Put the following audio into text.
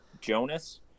Jonas